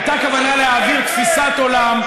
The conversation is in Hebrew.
הייתה כוונה להעביר תפיסת עולם.